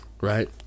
right